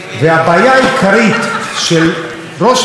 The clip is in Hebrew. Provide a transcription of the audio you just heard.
זה שהוא לא יודע לטפל ברצועת עזה.